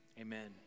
amen